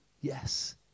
Yes